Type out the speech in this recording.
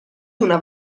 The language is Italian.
una